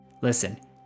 listen